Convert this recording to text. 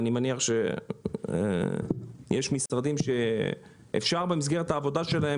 אני מניח שיש משרדים שאפשר במסגרת העבודה שלהם